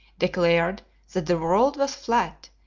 declared that the world was flat,